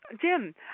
Jim